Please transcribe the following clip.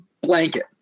blanket